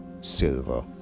silver